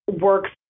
works